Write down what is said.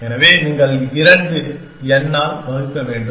எனவே நீங்கள் 2 n ஆல் வகுக்க வேண்டும்